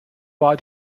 war